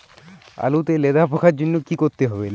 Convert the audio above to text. আলুতে লেদা পোকার জন্য কি করতে হবে?